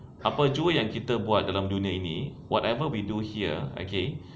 apa jua yang kita buat dalam dunia ini whatever we do here okay